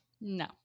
No